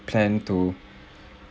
plan to